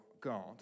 God